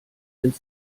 sind